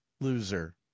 loser